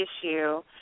issue